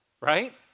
right